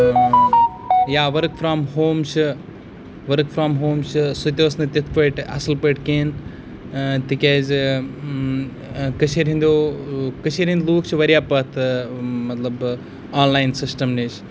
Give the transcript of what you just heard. یا work from home چھِ work from home چھِ سُتہِ ٲس نہٕ تِتھ پٲٹھۍ اَصٕل کِہینی تِکیازِ کٔشیٖرِ ہِنٛدیو کٔشیٖرِ ہِنٛدۍ لوٗکھ چھِ واریاہ پَتھ مطلب آن لاین سِسٹَم نِش